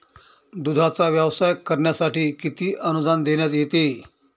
दूधाचा व्यवसाय करण्यासाठी किती अनुदान देण्यात येते?